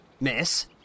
miss